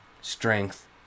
strength